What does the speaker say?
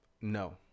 No